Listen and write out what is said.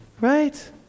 Right